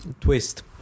twist